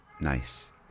Nice